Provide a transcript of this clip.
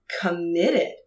committed